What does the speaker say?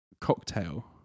Cocktail